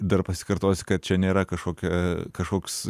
dar pasikartosiu kad čia nėra kažkokia kažkoks